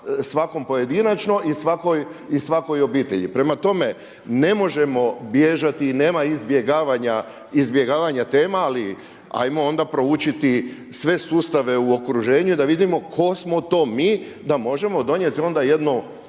svakom pojedinačno i svakoj obitelji. Prema tome, ne možemo bježati i nema izbjegavanja tema ali ajmo onda proučiti sve sustave u okruženju da vidimo tko smo to mi da možemo donijeti onda jednu